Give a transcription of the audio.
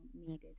needed